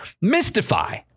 mystify